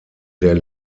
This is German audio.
der